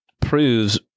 proves